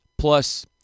Plus